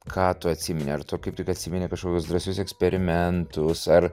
ką tu atsimeni ar tu kaip tik atsimeni kažkoks drąsius eksperimentus ar